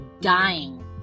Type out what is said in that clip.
dying